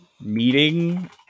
meeting